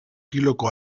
kiloko